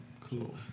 Cool